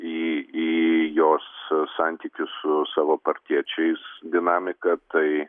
į į jos santykius su savo partiečiais dinamika tai